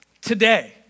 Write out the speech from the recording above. today